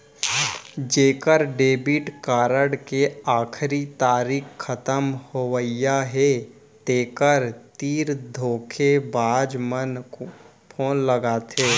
जेखर debit card के आखरी तारीख खतम होवइया हे तेखर तीर धोखेबाज मन फोन लगाथे